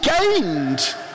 gained